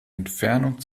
entfernung